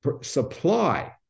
supply